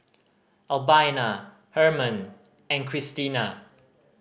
Albina Hermon and Krystina